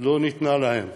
לא ניתנה להם.